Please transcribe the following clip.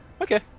Okay